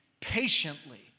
patiently